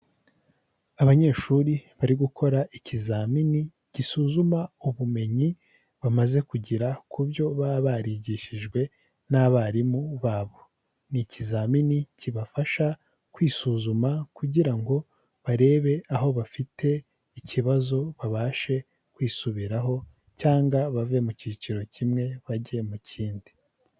Abanyeshuri bari gukora ikizamini gisuzuma ubumenyi bamaze kugera ku byo baba barigishijwe n'abarimu babo, ni ikizamini kibafasha kwisuzuma kugira ngo barebe aho bafite ikibazo babashe kwisubiraho cyangwa bave mu cyiciro kimwe bajye mu kindi.